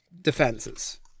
defenses